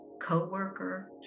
co-worker